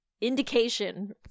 indication